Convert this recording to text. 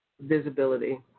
visibility